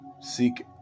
seek